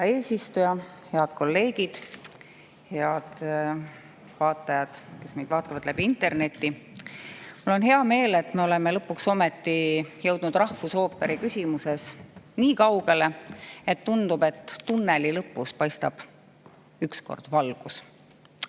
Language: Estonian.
eesistuja! Head kolleegid! Head vaatajad, kes jälgivad meid interneti teel! Mul on hea meel, et me oleme lõpuks ometi jõudnud rahvusooperi küsimuses nii kaugele, et tundub, et tunneli lõpus paistab ükskord valgus.